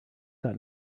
got